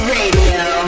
Radio